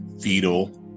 fetal